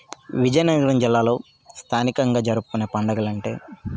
విజయనగరం జిల్లాలో స్థానికంగా జరుపుకునే పండుగలు అంటే